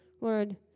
Lord